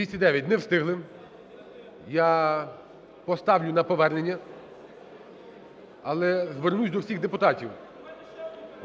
За-209 Не встигли. Я поставлю на повернення. Але звернусь до всіх депутатів: